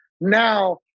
Now